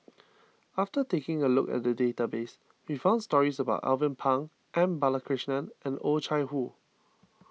after taking a look at the database we found stories about Alvin Pang M Balakrishnan and Oh Chai Hoo